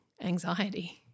anxiety